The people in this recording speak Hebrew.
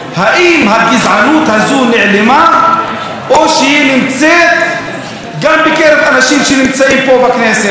האם הגזענות הזאת נעלמה או שהיא נמצאת גם בקרב אנשים שנמצאים פה בכנסת?